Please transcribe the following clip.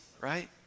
right